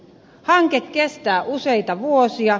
hanke kestää useita vuosia